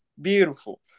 beautiful